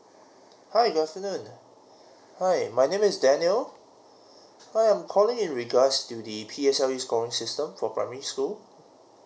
hi good afternoon hi my name is daniel well I'm calling in regards to the P_S_L_E scoring system for primary school